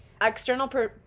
external